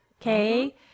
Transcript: Okay